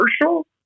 commercial